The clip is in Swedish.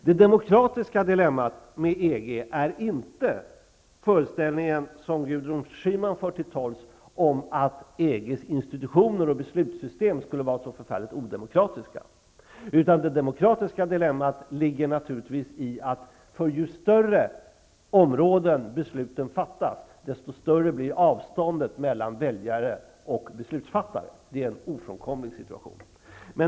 Det demokratiska dilemmat med EG är inte den föreställning som Gudrun Schyman för till torgs, att EG:s institutioner och beslutssystem skulle vara så förfärligt odemokratiska. Det demokratiska dilemmat ligger naturligtvis i att för ju större områden besluten fattas, desto större blir avståndet mellan väljare och beslutsfattare. Det är en ofrånkomlig situation.